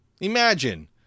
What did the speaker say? Imagine